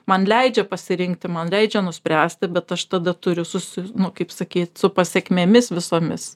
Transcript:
man leidžia pasirinkti man leidžia nuspręsti bet aš tada turiu susi nu kaip sakyt su pasekmėmis visomis